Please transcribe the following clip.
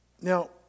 Now